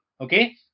Okay